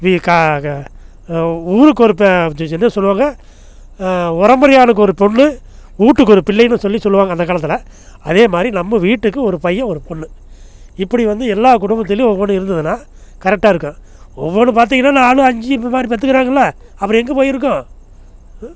வீ கா க ஊருக்கு ஒருத்தன் என்ன சொல்லுவாங்கள் ஒரம்பரையானுக்கு ஒரு பொண்ணு வீட்டுக்கு ஒரு பிள்ளைன்னு சொல்லி சொல்லுவாங்கள் அந்த காலத்தில் அதே மாதிரி நம்ம வீட்டுக்கு ஒரு பையன் ஒரு பொண்ணு இப்படி வந்து எல்லா குடும்பத்திலும் ஒவ்வொன்று இருந்ததுனால் கரெக்டாக இருக்கும் ஒவ்வொன்றும் பார்த்தீங்கன்னா நான் அஞ்சு இந்த மாதிரி பெத்துக்கிறாங்கள்ல அப்புறம் எங்கே போயிருக்கும் ஆ